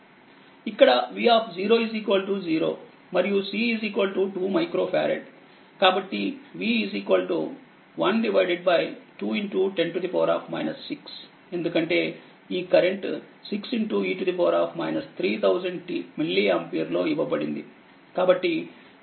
ఇక్కడ v 0 మరియు C 2 microfarad కాబట్టి v 12 10 6 ఎందుకంటే ఈ current 6 e 3000 t milliampere లోఇవ్వబడింది కాబట్టి 10 3 తో గుణించాలి